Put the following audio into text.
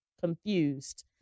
confused